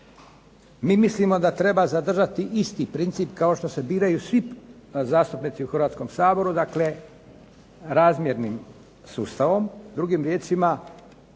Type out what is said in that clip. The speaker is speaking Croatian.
Mi mislimo da treba zadržati isti princip kao što se biraju svi zastupnici u Hrvatskom saboru, dakle razmjernim sustavom. Drugim riječima